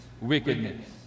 wickedness